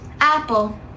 Apple